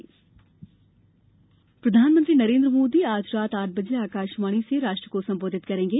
PM संबोधन प्रधानमंत्री नरेन्द्र मोदी आज रात आठ बजे आकाशवाणी से राष्ट्र को संबोधित करेंगे